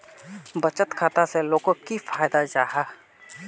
बचत खाता से लोगोक की फायदा जाहा?